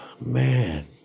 man